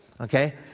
okay